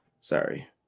Sorry